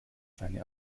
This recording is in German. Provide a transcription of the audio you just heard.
seine